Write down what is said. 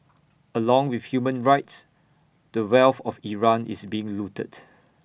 along with human rights the wealth of Iran is being looted